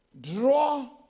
draw